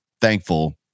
thankful